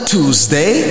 Tuesday